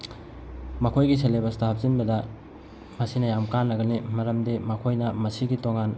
ꯃꯈꯣꯏꯒꯤ ꯁꯦꯂꯦꯕꯁꯇ ꯍꯥꯞꯆꯤꯟꯕꯗ ꯃꯁꯤꯅ ꯌꯥꯝ ꯀꯥꯟꯅꯒꯅꯤ ꯃꯔꯝꯗꯤ ꯃꯈꯣꯏꯅ ꯃꯁꯤꯒꯤ ꯇꯣꯉꯥꯟ